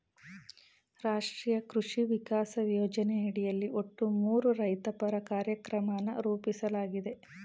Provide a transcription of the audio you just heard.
ರಾಷ್ಟ್ರೀಯ ಕೃಷಿ ವಿಕಾಸ ಯೋಜನೆಯಡಿ ಒಟ್ಟು ಮೂರು ರೈತಪರ ಕಾರ್ಯಕ್ರಮನ ರೂಪಿಸ್ಲಾಗಿದೆ